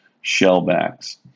shellbacks